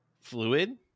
fluid